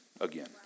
again